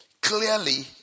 clearly